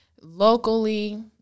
locally